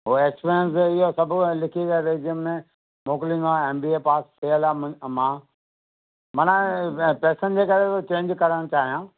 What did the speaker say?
उहो एक्सपीरियंस इहो सभु ऐं लिखी करे रिज्यूमे मोकिलींदो ऐं एम बी ए पास थियल आहे मु मां मन पैसनि जे करे थो चेंज करण चाहियां